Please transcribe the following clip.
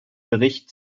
bericht